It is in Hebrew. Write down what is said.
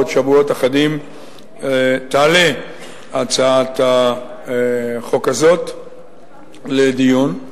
בעוד שבועות אחדים תעלה הצעת החוק הזאת לדיון,